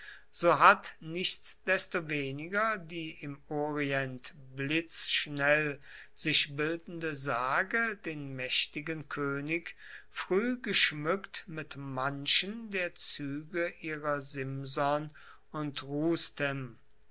so hat nichtsdestoweniger die im orient blitzschnell sich bildende sage den mächtigen könig früh geschmückt mit manchen der züge ihrer simson und rustem